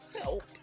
Help